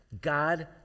God